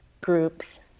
groups